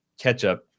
ketchup